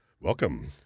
Welcome